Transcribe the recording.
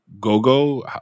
Gogo